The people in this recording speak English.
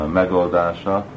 megoldása